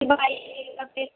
صبح آ جائیے گا پھر